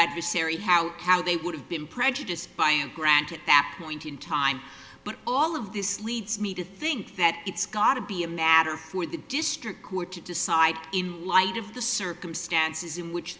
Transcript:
adversary how how they would have been prejudiced by a grant to that point in time but all of this leads me to think that it's got to be a matter for the district court to decide in light of the circumstances in which